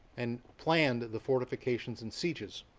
and planned the fortifications and sieges.